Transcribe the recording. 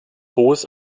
hohes